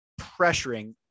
pressuring